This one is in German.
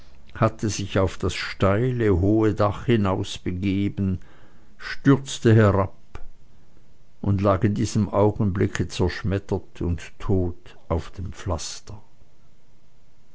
hatte sich auf das steile hohe dach hinausbegeben stürzte herab und lag in diesem augenblicke zerschmettert und tot auf dem pflaster